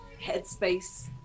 headspace